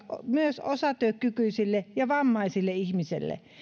myös osatyökykyisille ja vammaisille ihmisille